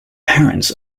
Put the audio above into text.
parents